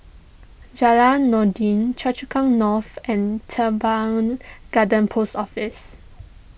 Jalan Noordin Choa Chu Kang North and Teban Garden Post Office